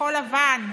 בכחול לבן: